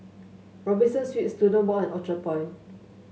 Robinson Suites Student Walk and Orchard Point